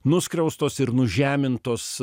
nuskriaustos ir nužemintos